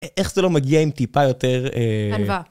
איך זה לא מגיע עם טיפה יותר? אהה... חנבה.